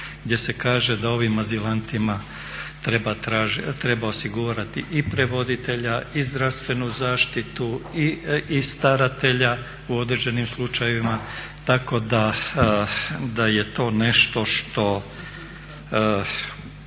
gdje se kaže da ovim azilantima treba osigurati i prevoditelja i zdravstvenu zaštitu i staratelja u određenim slučajevima tako da je to nešto što